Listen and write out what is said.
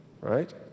right